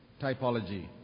typology